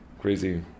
crazy